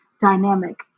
dynamic